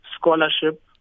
scholarship